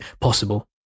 possible